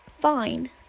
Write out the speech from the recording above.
Fine